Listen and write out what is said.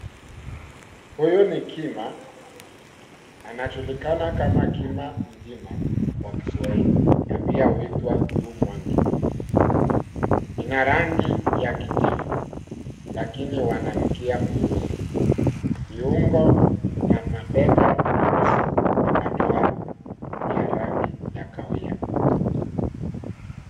Huyu ni kima, anajulikana kama kima nchima kwa kiswahili ,na pia huitwa [ca]blue monkey .Ina rangi ya kijivu lakini wana mkia mweusi. Viungo na mabega meusi, na madoa ya rangi ya kahawia